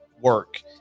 work